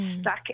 stuck